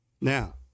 Now